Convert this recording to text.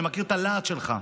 אני מכיר את הלהט שלך,